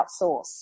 outsource